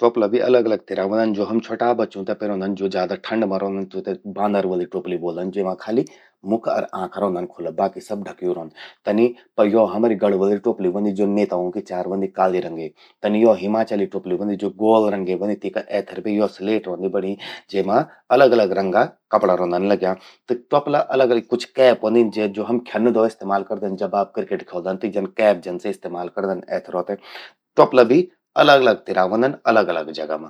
ट्वपला भी अलग अलग तिरा व्हंदन। ज्वो हम छ्वटा बच्चूं ते पेरोंदन, ज्वो ज्यादा ठंड मां रौंदन, तूंते बांदर वलि ट्वोपलि ब्वोलदन, जेमा खाली मुख अर आंखां रौंदन खुला, बाकी सब ढक्यूं रौंद। तन्नि यो हमरि गढ़वलि ट्वोपलि व्हंदि, ज्वो नेताओं कि चार व्हंदि काली रंगे। तनि यो हिमाचलि ट्वोपलि व्हंदि, ज्वो ग्वोल रंगे व्हंदि। तेमा एथर बे यो स्लेट रौंदि बण्यिं, जेमा अलग-अलग रंगा कपड़ा रौंदन लग्यां। त ट्वोपला अलग-अलग..कुछ कैप व्हंदिन, ज्वो हम ख्यन्न दो इस्तेमाल करदन। जब आप क्रिकेट ख्योदन त कैप जनसि इस्तेमाल करदन एथरो ते। ट्वोपला भी अलग अलग तिरा व्हंदन अलग अलग जगा मां।